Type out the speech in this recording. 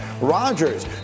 Rodgers